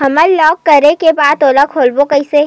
हमर ब्लॉक करे के बाद ओला खोलवाबो कइसे?